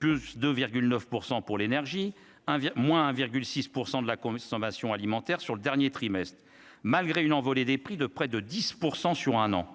plus de 9 % pour l'énergie, hein, moins 1 virgule 6 % de la commission sommation alimentaire sur le dernier trimestre malgré une envolée des prix de près de 10 % sur un an,